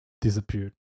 disappeared